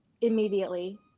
immediately